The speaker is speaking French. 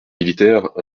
militaire